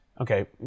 okay